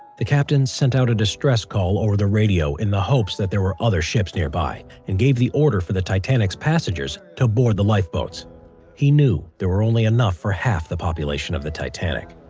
the captains sent out a distress call over the radio in the hopes that there were other ships nearby and gave the order for the titanic's passengers to board the lifeboats he knew there were only enough for half the population of the titanic